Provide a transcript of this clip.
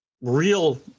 real